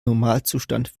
normalzustand